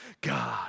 God